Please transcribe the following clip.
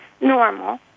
normal